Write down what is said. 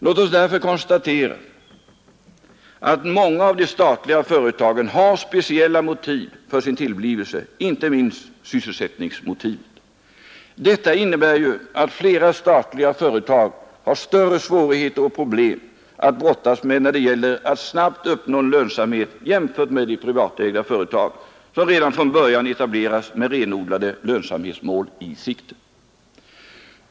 Låt oss därför konstatera att många av de statliga företagen har speciella motiv för sin tillblivelse, inte minst sysselsättningsmotivet. Detta innbär att flera statliga företag har större svårigheter och problem att brottas med när det gäller att snabbt uppnå lönsamhet än privatägda företag som redan från början etableras med renodlade lönsamhetsmål i sikte.